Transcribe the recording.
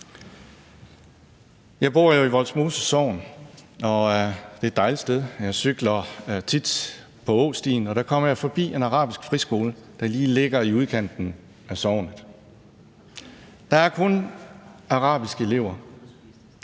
Jeg bor jo i Vollsmose Sogn, og det er et dejligt sted. Jeg cykler tit på åstien, og der kommer jeg forbi en arabisk friskole, der ligger lige i udkanten af sognet. Der er kun arabiske elever,